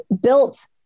built